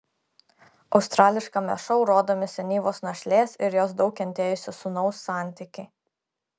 australiškame šou rodomi senyvos našlės ir jos daug kentėjusio sūnaus santykiai